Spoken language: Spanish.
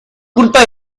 culpa